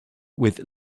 with